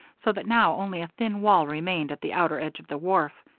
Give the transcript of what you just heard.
so that now only a thin wall remained at the outer edge of the wharf.